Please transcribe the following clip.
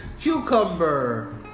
cucumber